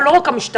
אבל לא רק המשטרה,